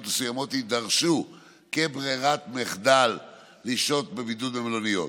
מסוימות יידרשו כברירת מחדל לשהות בבידוד במלוניות.